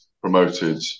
promoted